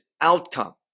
outcome